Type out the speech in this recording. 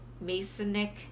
Masonic